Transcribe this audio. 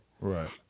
Right